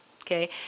okay